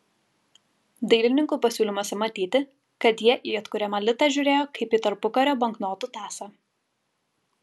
dailininkų pasiūlymuose matyti kad jie į atkuriamą litą žiūrėjo kaip į tarpukario banknotų tąsą